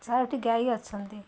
ଚାରୋଟି ଗାଈ ଅଛନ୍ତି